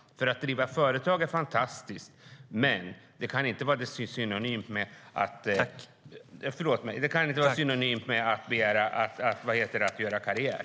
Att driva företag är fantastiskt, men det kan inte vara synonymt med att göra karriär.